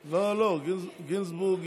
שרים, קודם כול אני שומע חדשות טובות.